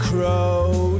Crow